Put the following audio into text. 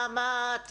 נעמ"ת,